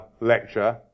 lecture